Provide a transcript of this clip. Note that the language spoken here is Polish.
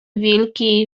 wilki